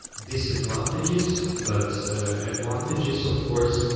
disadvantages, but advantages, of course,